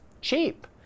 cheap